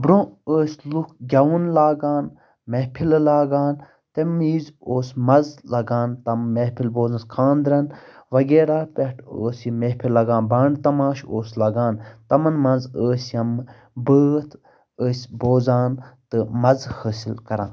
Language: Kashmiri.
برٛونٛہہ ٲسۍ لُکھ گٮ۪وُن لاگان محفلہِ لاگان تَمہِ وِزِ اوس مَزٕ لگان تِم محفل بوزنَس خانٛدرَن وغیرہ پٮ۪ٹھ اوس یہِ محفل لگان بانٛڈٕ تماشہٕ اوس لگان تِمن منٛز ٲسۍ یِم بٲتھ ٲسۍ بوزان تہٕ مَزٕ حٲصِل کران